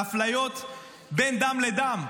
על אפליות בין דם לדם,